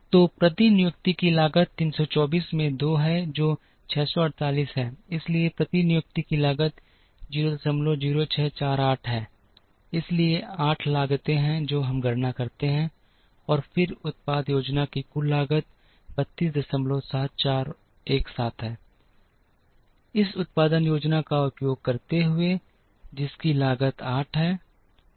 तो प्रतिनियुक्ति की लागत 324 में 2 है जो 648 है इसलिए प्रतिनियुक्ति की लागत 00648 है इसलिए 8 लागतें हैं जो हम गणना करते हैं और फिर उत्पादन योजना की कुल लागत 327417 है इस उत्पादन योजना का उपयोग करते हुए जिसकी लागत 8 है